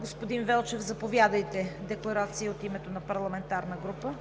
Господин Велчев, заповядайте – декларация от името на парламентарна група.